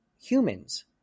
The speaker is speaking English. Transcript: humans